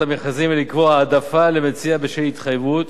המכרזים ולקבוע העדפה למציע בשל התחייבות